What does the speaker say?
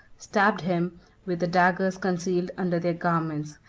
stabbed him with the daggers concealed under their garments,